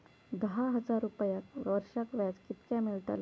दहा हजार रुपयांक वर्षाक व्याज कितक्या मेलताला?